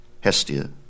Hestia